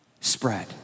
spread